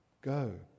Go